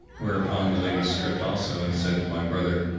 whereupon the lady stripped also and said to my brother,